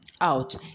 out